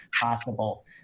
possible